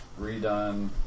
Redone